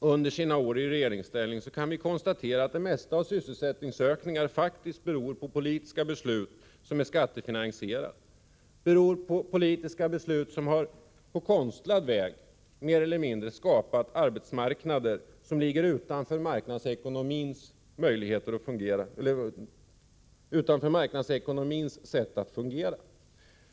under sina år i regeringsställning kan vi konstatera att det mesta av sysselsättningsökningarna beror på politiska beslut som är skattefinansierade. Det är politiska beslut som på mer eller mindre konstlat sätt har skapat en arbetsmarknad som ligger utanför marknadsekonomins sätt att fungera.